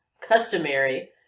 customary